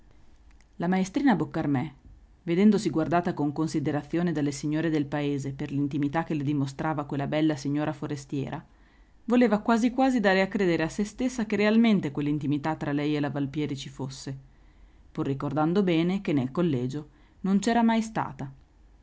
la maestrina boccarmè vedendosi guardata con considerazione dalle signore del paese per l'intimità che le dimostrava quella bella signora forestiera voleva quasi quasi dare a credere a se stessa che realmente quell'intimità tra lei e la valpieri ci fosse pur ricordando bene che nel collegio non c'era mai stata